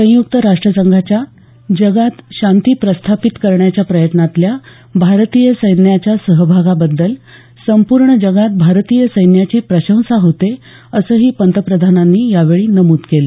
संयुक्त राष्ट्र संघाच्या जगात शांती प्रस्थापित करण्याच्या प्रयत्नातल्या भारतीय सैन्याच्या सहभागाबद्दल संपूर्ण जगात भारतीय सैन्याची प्रशंसा होते असंही पंतप्रधानांनी यावेळी नमूद केलं